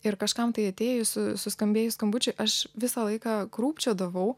ir kažkam tai atėjus suskambėjus skambučiui aš visą laiką krūpčiodavau